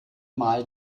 mal